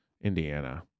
Indiana